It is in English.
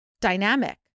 dynamic